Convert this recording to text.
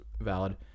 valid